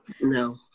No